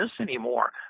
anymore